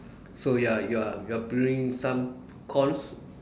so you are you are you are planting some corns